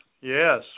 yes